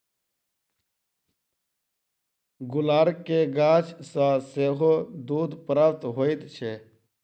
गुलर के गाछ सॅ सेहो दूध प्राप्त होइत छै